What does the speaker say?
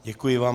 Děkuji vám.